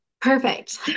Perfect